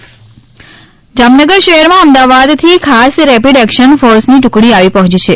mock drill Jamnagar શહેરમાં અમદાવાદથી ખાસ રેપિડ એક્શન ફોર્સની ટુકડી આવી પહોંચી છે